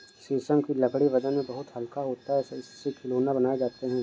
शीशम की लकड़ी वजन में बहुत हल्का होता है इससे खिलौने बनाये जाते है